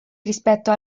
rispetto